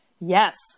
Yes